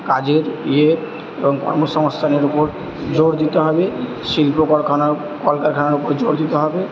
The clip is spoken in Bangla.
কাজের ইয়ের এবং কর্ম সংস্থানের উপর জোর দিতে হবে শিল্প করখানা কলকারখানার উপর জোর দিতে হবে